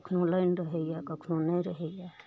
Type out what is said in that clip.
कखनो लाइन रहैया कखनो नहि रहयैए